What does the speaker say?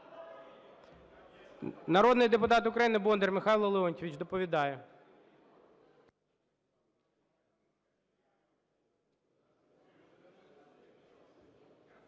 Народний депутат України Бондар Михайло Леонтійович доповідає.